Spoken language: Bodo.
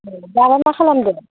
दालाय मा खालामदों